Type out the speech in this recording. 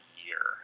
year